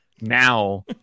now